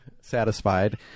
satisfied